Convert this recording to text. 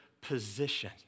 position